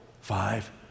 five